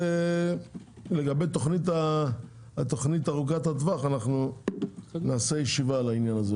לגבי תכנית ארוכת הטווח נעשה ישיבה בעניין.